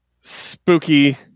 spooky